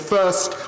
First